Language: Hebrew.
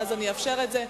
ואז אני אאפשר את זה.